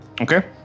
Okay